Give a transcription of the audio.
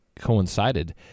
coincided